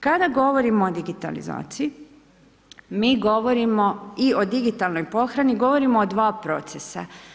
Kada govorimo o digitalizaciji mi govorimo i o digitalnoj pohrani govorimo o dva procesa.